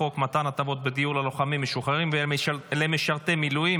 חוק מתן הטבות בדיור ללוחמים משוחררים ולמשרתי מילואים,